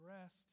rest